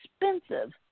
expensive